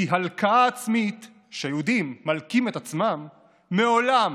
כי הלקאה עצמית שהיהודים מלקים את עצמם מעולם,